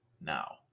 now